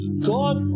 God